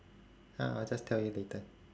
ah I'll just tell you later